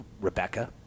Rebecca